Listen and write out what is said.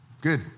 good